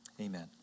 Amen